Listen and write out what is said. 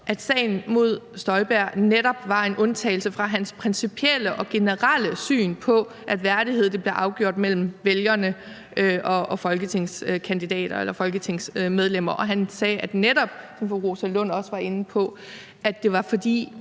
at sagen mod Inger Støjberg var en undtagelse fra hans principielle og generelle syn på, at værdigheden bliver afgjort mellem vælgerne og folketingskandidaterne eller folketingsmedlemmerne, og han sagde, som fru Rosa Lund også var inde på, at det netop var, fordi